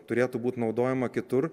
turėtų būt naudojama kitur